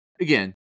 again